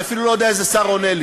אני אפילו לא יודע איזה שר עונה לי.